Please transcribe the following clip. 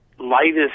lightest